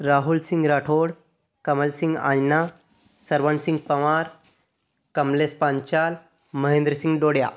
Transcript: Rahul Singh Rathore Kamal Singh Aina Shravan Singh Pawar Kamlesh Panchal Mahendra Singh Dodiya